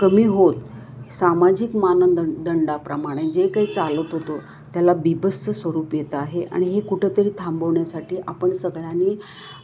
कमी होत सामाजिक मानद दंडाप्रमाणे जे काही चालत होतं त्याला बिभत्स स्वरूप येत आहे आणि हे कुठेतरी थांबवण्यासाठी आपण सगळ्यांनी